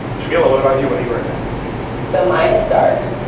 jamila, what about you? what are you recommending this week? so minus dark.